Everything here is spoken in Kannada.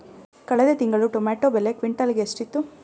ಕಳೆದ ತಿಂಗಳು ಟೊಮ್ಯಾಟೋ ಬೆಲೆ ಕ್ವಿಂಟಾಲ್ ಗೆ ಎಷ್ಟಿತ್ತು?